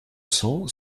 cents